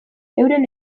euren